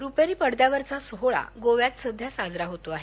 रुपेरी पडद्यावरचा सोहळा गोव्यात साजरा होतो आहे